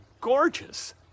gorgeous